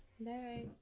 Bye